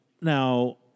Now